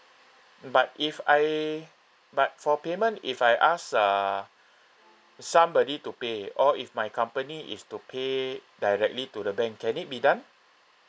but if I but for payment if I ask uh somebody to pay or if my company is to pay directly to the bank can it be done